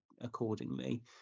accordingly